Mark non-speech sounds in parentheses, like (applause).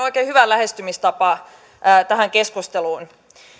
(unintelligible) oikein hyvä lähestymistapa tähän keskusteluun